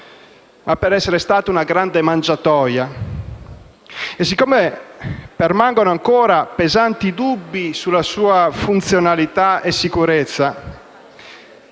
ma per essere stata una grande mangiatoia. E siccome permangono ancora pesanti dubbi sulla sua funzionalità e sicurezza,